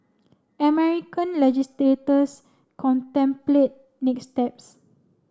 American leogislators contemplate next steps